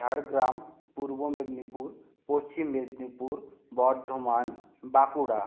Jhargram Purba Medinipur Paschim Medinipur Bardhaman Bankura